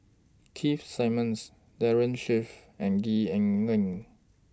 Keith Simmons Daren Shiau and Gwee Ah Leng